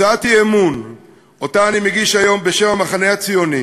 הצעת האי-אמון שאני מגיש היום בשם המחנה הציוני